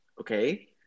Okay